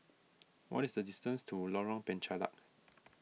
what is the distance to Lorong Penchalak